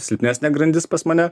silpnesnė grandis pas mane